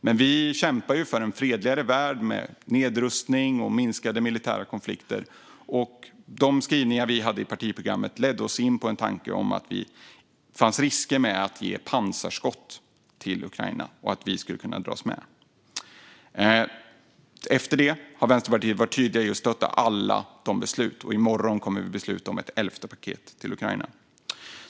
Men vi kämpar ju för en fredligare värld med nedrustning och färre militära konflikter, och de skrivningar som vi hade i partiprogrammet ledde oss in på en tanke om att det fanns risker med att ge pansarskott till Ukraina och att vi skulle kunna dras med. Efter det har Vänsterpartiet tydligt stöttat alla sådana beslut, och i morgon kommer vi att besluta om ett elfte paket till Ukraina.